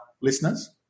listeners